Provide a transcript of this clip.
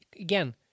again